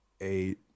eight